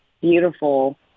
beautiful